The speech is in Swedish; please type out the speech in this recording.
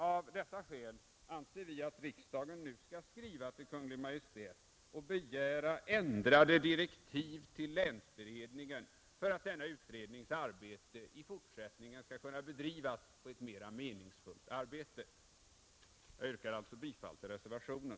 Av dessa skäl anser vi att riksdagen nu skall skriva till Kungl. Maj:t och begära ändrade direktiv till länsberedningen för att denna utrednings arbete i fortsättningen skall kunna bedrivas på ett mer meningsfullt sätt. Jag yrkar alltså bifall till reservationen.